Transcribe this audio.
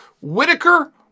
Whitaker